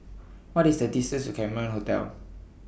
What IS The distance to Cameron Hotel